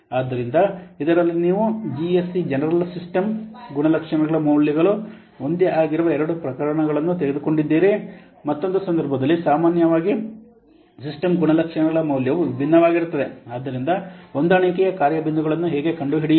ಆದ್ದರಿಂದ ಇದರಲ್ಲಿ ನೀವು ಜಿಎಸ್ಸಿ ಜನರಲ್ ಸಿಸ್ಟಮ್ ಗುಣಲಕ್ಷಣಗಳ ಮೌಲ್ಯಗಳು ಒಂದೇ ಆಗಿರುವ ಎರಡು ಪ್ರಕರಣಗಳನ್ನು ತೆಗೆದುಕೊಂಡಿದ್ದೀರಿ ಮತ್ತೊಂದು ಸಂದರ್ಭದಲ್ಲಿ ಸಾಮಾನ್ಯ ಸಿಸ್ಟಮ್ ಗುಣಲಕ್ಷಣಗಳ ಮೌಲ್ಯವು ವಿಭಿನ್ನವಾಗಿರುತ್ತದೆ ಆದ್ದರಿಂದ ಹೊಂದಾಣಿಕೆಯ ಕಾರ್ಯ ಬಿಂದುಗಳನ್ನು ಹೇಗೆ ಕಂಡುಹಿಡಿಯುವುದು